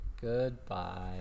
goodbye